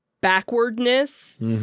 backwardness